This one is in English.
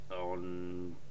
on